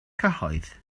cyhoedd